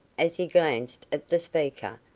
as he glanced at the speaker,